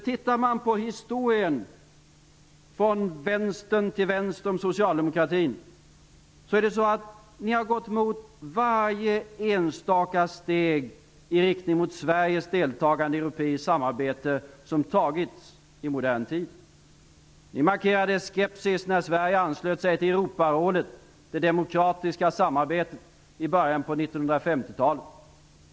Tittar man på historien över vänstern till vänster om socialdemokratin har man gått emot varje enstaka steg i riktning mot Sveriges deltagande i europeiskt samarbete som har tagits i modern tid. Ni markerade skepsis när Sverige anslöt sig till 1950-talet.